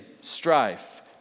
strife